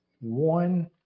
one